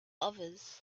others